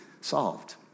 solved